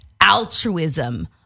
altruism